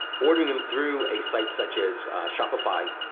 ordering them through a site such as shopify,